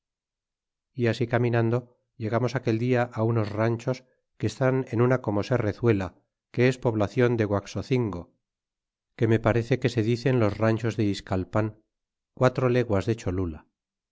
e así caminando llegamos aquel dia unos ranchos que estan en una corno serrezuela que es poblacion de guaxocingo que me parece que se dicen los ranchos de iscal pan quatro leguas de cholula